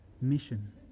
mission